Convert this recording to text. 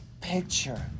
picture